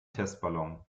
testballon